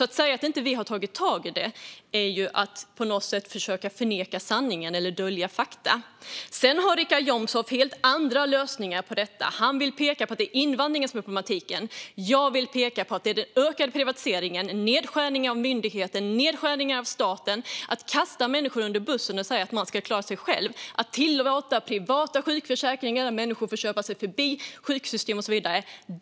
Att säga att vi inte har tagit tag i detta är att försöka förneka sanningen eller dölja fakta. Sedan har Richard Jomshof helt andra lösningar på detta. Han vill peka på att det är invandringen som är problematiken. Jag vill peka på att det är den ökade privatiseringen, nedskärningen av myndigheter och nedskärningar av staten - att kasta människor under bussen och säga att de ska klara sig själva och att tillåta privata sjukförsäkringar och att människor får köpa sig förbi sjuksystem och så vidare.